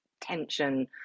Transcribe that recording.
tension